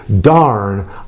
darn